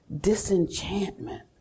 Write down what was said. disenchantment